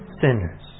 sinners